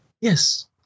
Yes